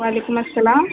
وعلیکم السّلام